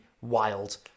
wild